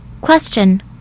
Question